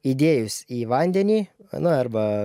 įdėjus į vandenį na arba